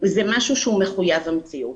זה מחויב המציאות.